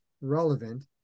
relevant